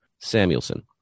Samuelson